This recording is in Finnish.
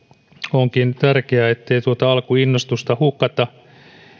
onkin tärkeää ettei tuota alkuinnostusta hukata